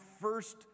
first